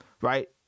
right